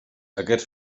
aquests